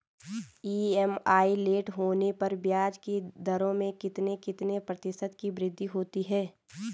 EMI late होने पर ब्याज की दरों में कितने कितने प्रतिशत की वृद्धि होती है?